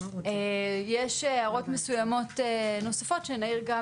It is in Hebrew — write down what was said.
יש הערות מסוימות נוספות שנעיר גם